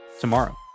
tomorrow